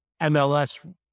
mls